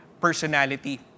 personality